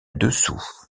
dessous